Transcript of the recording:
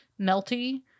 melty